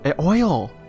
oil